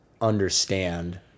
understand